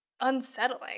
unsettling